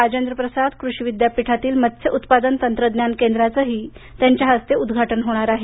राजेंद्र प्रसाद कृषी विद्यापीठातील मत्स्य उत्पादन तंत्रज्ञान केंद्राचेही ते उदघाटन करणार आहेत